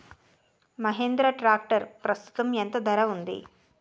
Mahindra tractor ప్రస్తుతం ఎంత ధర ఉంది?